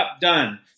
done